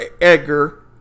Edgar